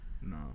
No